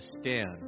stand